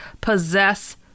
possess